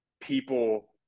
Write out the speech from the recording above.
people –